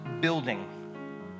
building